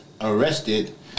arrested